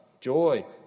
joy